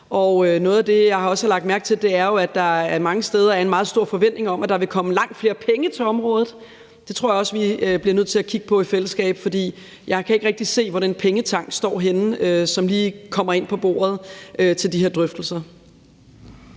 Noget af det, jeg også har lagt mærke til, er, at der mange steder er en meget stor forventning om, at der vil komme langt flere penge til området. Det tror jeg også vi bliver nødt til at kigge på i fællesskab, for jeg kan ikke rigtig se, hvor den pengetank, som lige kan komme ind på bordet til de her drøftelser,